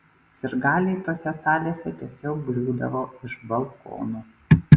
sirgaliai tose salėse tiesiog griūdavo iš balkonų